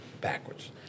backwards